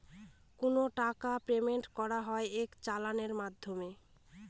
কোনো টাকার পেমেন্ট করা হয় এক চালানের মাধ্যমে